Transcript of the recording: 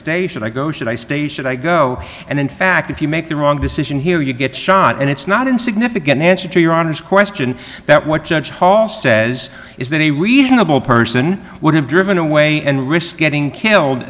should i go should i stay should i go and in fact if you make the wrong decision here you get shot and it's not in significant answer to your honor's question that what judge hall says is that a reasonable person would have driven away and risk getting killed